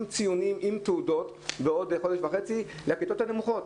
ציונים ועם תעודות בעוד חודש וחצי לכיתות הנמוכות?